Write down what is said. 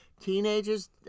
teenagers